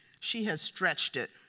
she has stretched it.